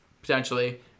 potentially